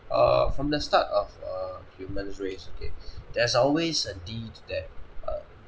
err from the start of err human's race okay there's always a deed there uh